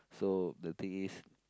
so the thing is